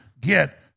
get